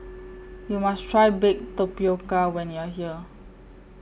YOU must Try Baked Tapioca when YOU Are here